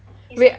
wait